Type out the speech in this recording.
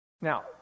Now